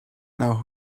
now